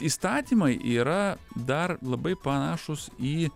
įstatymai yra dar labai panašūs į